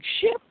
ship